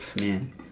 man